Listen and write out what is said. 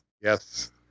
Yes